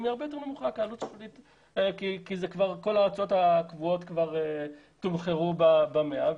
הרבה יותר נמוכה כי כל ההוצאות הקבועות כבר תומחרו ב-100.